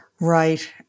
Right